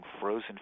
frozen